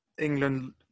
england